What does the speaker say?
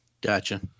gotcha